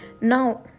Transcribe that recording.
Now